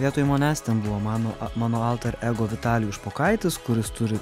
vietoj manęs ten buvo mano mano alter ego vitalijus špokaitis kuris turit